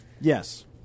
Yes